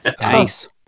nice